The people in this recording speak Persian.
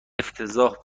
افتضاح